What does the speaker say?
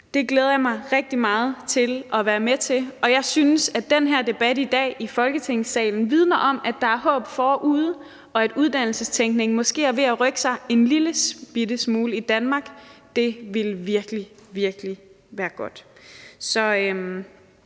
Det glæder jeg mig rigtig meget til at være med til, og jeg synes, den her debat i Folketingssalen i dag vidner om, at der er håb forude, og at uddannelsestænkningen måske er ved at rykke sig en lillebitte smule i Danmark – det ville virkelig være godt!